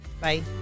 Bye